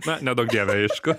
na neduok dieve aišku